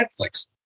Netflix